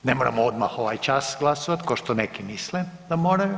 Ne moramo odmah ovaj čas glasovat ko što neki misle da moraju.